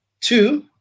Two